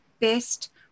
best